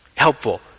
Helpful